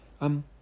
Um